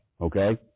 okay